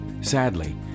Sadly